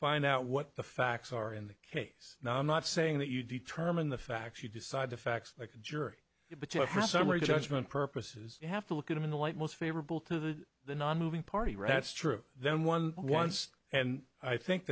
find out what the facts are in the case now i'm not saying that you determine the facts you decide the facts like a jury summary judgment purposes you have to look at it in the light most favorable to the nonmoving party ratz true then one once and i think